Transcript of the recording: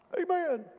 Amen